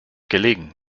gelegen